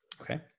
Okay